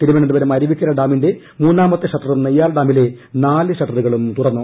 തിരുവനന്തപുരം അരുവിക്കര ഡാമിന്റെ മൂന്നൂാമത്തെ ഷട്ടറും നെയ്യാർ ഡാമിലെ നാല് ഷട്ടറുകളും തുറന്നു